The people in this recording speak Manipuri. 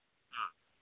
ꯑꯥ